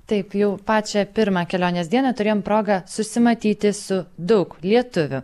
taip jau pačią pirmą kelionės dieną turėjom progą susimatyti su daug lietuvių